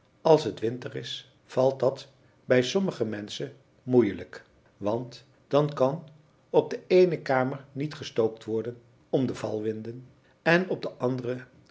als het winter is valt dat bij sommige menschen moeielijk want dan kan op de eene kamer niet gestookt worden om de valwinden en op de andere